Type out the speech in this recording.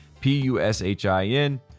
P-U-S-H-I-N